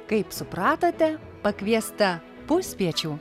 kaip supratote pakviesta puspiečių